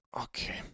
Okay